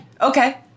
okay